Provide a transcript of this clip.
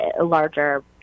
larger